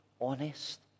honest